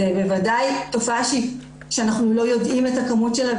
זו בוודאי תופעה שאנחנו לא יודעים את הכמות שלה,